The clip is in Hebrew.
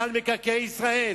מינהל מקרקעי ישראל.